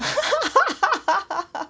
pl